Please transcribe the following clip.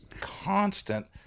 constant